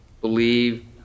believe